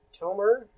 Tomer